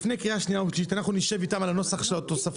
לפני הקריאה השנייה והשלישית אנחנו נשב איתם על הנוסח התוספתי,